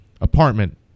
apartment